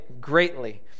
greatly